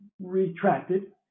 retracted